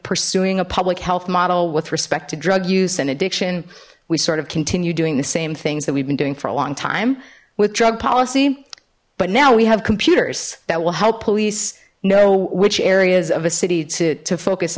pursuing a public health model with respect to drug use and addiction we sort of continue doing the same things that we've been doing for a long time with drug policy but now we have computers that will help police know which areas of a city to focus